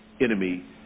enemy